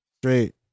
straight